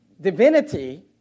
divinity